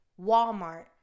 Walmart